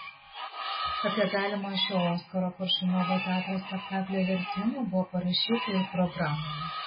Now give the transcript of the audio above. apie galimą šio oskaro koršunovo teatro spektaklio vertimą buvo parašyta ir programoje